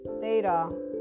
Theta